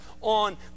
on